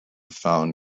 fountain